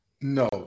No